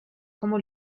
como